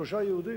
שלושה יהודים.